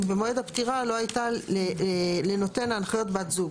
אם במועד הפטירה לא הייתה לנותן ההנחיות בת זוג,